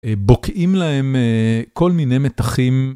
בוקעים להם כל מיני מתחים.